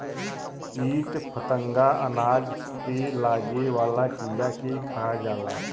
कीट फतंगा अनाज पे लागे वाला कीड़ा के खा जाला